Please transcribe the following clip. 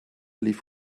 lief